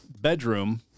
bedroom